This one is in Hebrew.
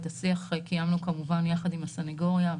את השיח קיימנו כמובן יחד עם הסנגוריה,